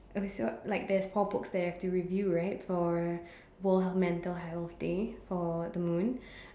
okay so like there's four books there I have review right for World Mental Health Day for The Moon